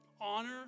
Honor